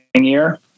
year